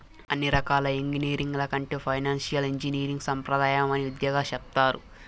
అన్ని రకాల ఎంగినీరింగ్ల కంటే ఫైనాన్సియల్ ఇంజనీరింగ్ సాంప్రదాయమైన విద్యగా సెప్తారు